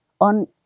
on